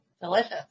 Delicious